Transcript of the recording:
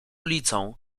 ulicą